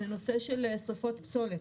זה נושא של שריפות פסולת.